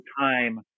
time